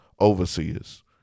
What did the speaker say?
overseers